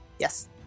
Yes